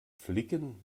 flicken